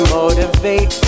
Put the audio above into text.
motivate